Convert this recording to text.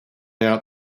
out